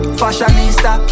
fashionista